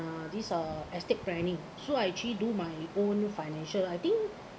uh these are estate planning so I actually do my own financial I think